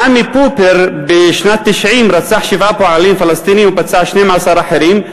בשנת 1990 עמי פופר רצח שבעה פועלים פלסטינים ופצע 12 אחרים,